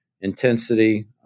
intensity